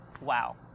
Wow